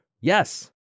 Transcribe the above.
Yes